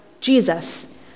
Jesus